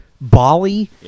Bali